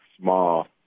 small